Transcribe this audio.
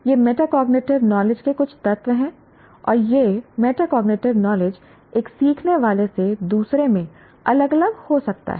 ये metacognitive knowledge के कुछ तत्व हैं और यह मेटाकॉजिटिव नॉलेज एक सीखने वाले से दूसरे में अलग अलग हो सकता है